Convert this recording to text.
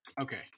Okay